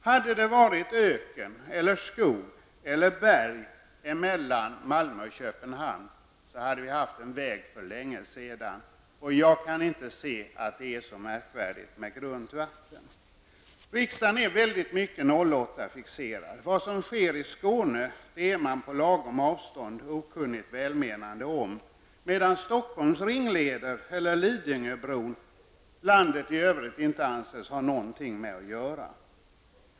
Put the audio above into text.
Hade det varit öken, skog eller berg mellan Malmö och Köpenhamn, hade vi haft en väg där för länge sedan. Jag kan inte se att det är så märkvärdigt med grundvatten. Riksdagen är väldigt mycket 08-fixerad. Vad som sker i Skåne är man på lagom avstånd okunnigt välmenande om, men Stockholms ringleder eller Lidingöbron anses landet i övrigt inte ha något att göra med.